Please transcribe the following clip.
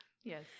yes